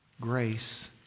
grace